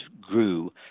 grew